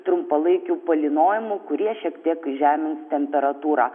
trumpalaikių palynojimų kurie šiek tiek žemės temperatūrą